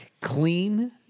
Clean